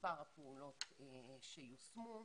מספר הפעולות שיושמו.